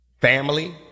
Family